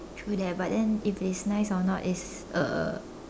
true that but then if it's nice or not is uh